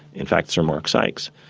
in fact sir mark sykes,